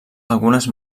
algunes